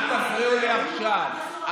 אל תפריעו לי עכשיו.